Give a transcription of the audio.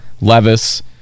Levis